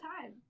time